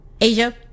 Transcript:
Asia